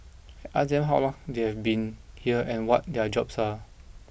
I asked them how long they have been here and what their jobs are